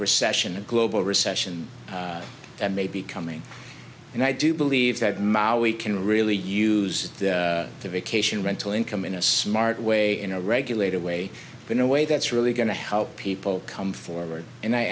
recession a global recession that may be coming and i do believe that maui can really use the vacation rental income in a smart way in a regulated way in a way that's really going to help people come forward and i